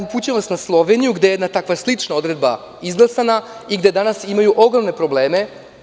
Upućujem vas na Sloveniju gde je takva slična odredba izglasana i gde danas imaju ogromne probleme.